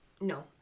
No